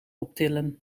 optillen